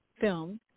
film